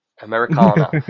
Americana